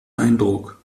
eindruck